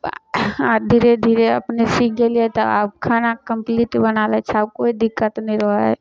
आब धीरे धीरे अपने सीख गेलियै तऽ आब खाना कम्पलीट बना लै छियै कोइ दिक्कत नहि रहै है